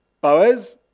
Boaz